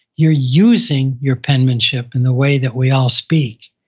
you're using your penmanship in the way that we all speak.